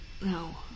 No